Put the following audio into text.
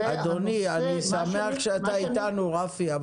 --- מה שאני --- אני שמח שאתה איתנו רפי,